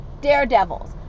daredevils